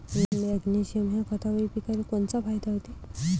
Magnesium ह्या खतापायी पिकाले कोनचा फायदा होते?